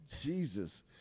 Jesus